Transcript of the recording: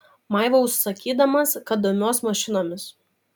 maivaus sakydamas kad domiuos mašinomis